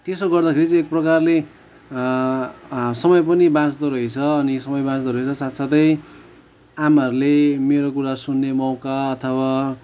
त्यसो गर्दा खेरि चाहिँ एक प्रकारले समय पनि बाँच्दो रहेछ अनि समय बाँच्दो रहेछ साथ साथै आमाहरूले मेरो कुरा सुन्ने मौका अथवा